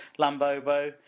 Lambobo